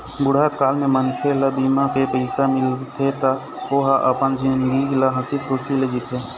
बुढ़त काल म मनखे ल बीमा के पइसा मिलथे त ओ ह अपन जिनगी ल हंसी खुसी ले जीथे